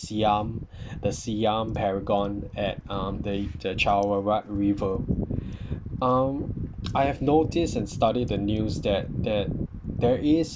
siam the siam paragon at um the chao phraya river um I have noticed and studied the news that that there is